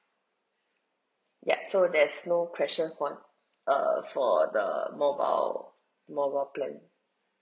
yup so there's no question for err for the mobile mobile plan